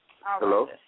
Hello